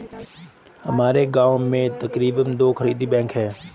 हमारे गांव में तकरीबन दो खुदरा बैंक है